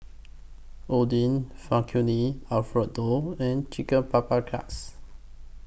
Oden Alfredo and Chicken Paprikas